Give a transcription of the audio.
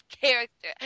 character